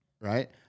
Right